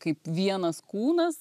kaip vienas kūnas